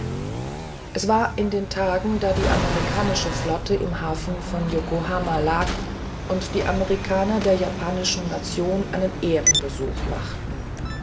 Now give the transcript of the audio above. es war in den tagen da die amerikanische flotte im hafen von yokohama lag und die amerikaner der japanischen nation einen ehrenbesuch machten